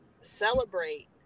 Celebrate